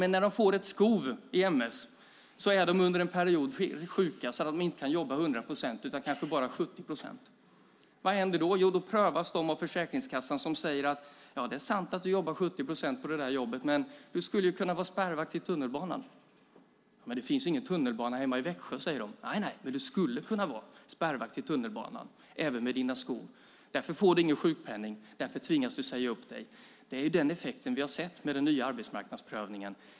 Men när de får ett skov i ms är de under en period sjuka så att de inte kan jobba 100 procent utan kanske bara 70 procent. Vad händer då? Jo, de prövas av Försäkringskassan som säger: Det är sant att du jobbar 70 procent på det jobbet. Men du skulle kunna vara spärrvakt i tunnelbanan även med dina skov. Men det finns ju ingen tunnelbana i Växjö, svarar de. Nej, men du skulle kunna vara det, även med dina skov. Därför får du ingen sjukpenning, och därför tvingas du säga upp dig. Det är den effekt vi har sett med den nya arbetsmarknadsprövningen.